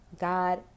God